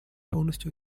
полностью